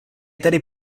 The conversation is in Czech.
tedy